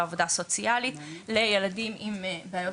ועבודה סוציאלית לילדים עם בעיות